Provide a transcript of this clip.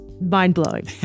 Mind-blowing